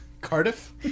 Cardiff